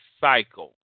cycle